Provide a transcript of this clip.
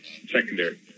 Secondary